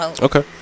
Okay